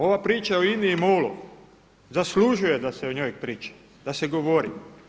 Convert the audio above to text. Ova priča o INA-i MOL-u zaslužuje da se o njoj priča, da se govori.